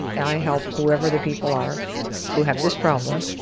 and i help whoever the people are who have this problem,